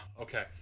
okay